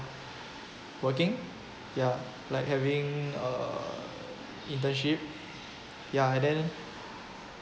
working ya like having uh internship ya and then